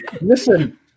listen